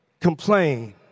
complain